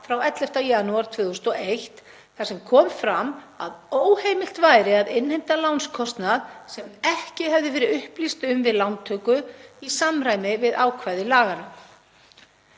frá 11. janúar 2001 þar sem kom fram að óheimilt væri að innheimta lánskostnað sem ekki hefði verið upplýst um við lántöku í samræmi við ákvæði laganna.